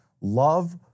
Love